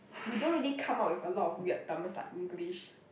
we don't really come out with a lot of weird terms like English